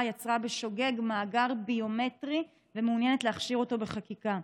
יצרה בשוגג מאגר ביומטרי ומעוניינת להכשיר אותו בחקיקה.